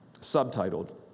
subtitled